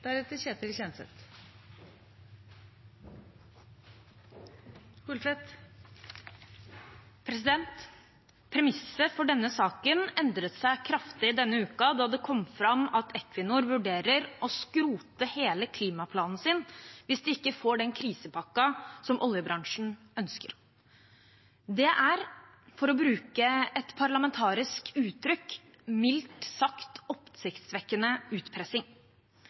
Premisset for denne saken endret seg kraftig denne uken da det kom fram at Equinor vurderer å skrote hele klimaplanen sin hvis de ikke får den krisepakken som oljebransjen ønsker. Det er, for å bruke et parlamentarisk uttrykk, en mildt sagt oppsiktsvekkende utpressing.